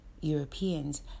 Europeans